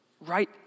Right